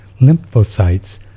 lymphocytes